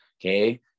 okay